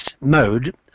mode